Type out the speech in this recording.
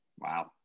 Wow